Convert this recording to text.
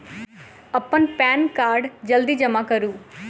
अप्पन PAN card जल्दी जमा करू?